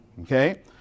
okay